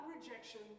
rejection